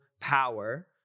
power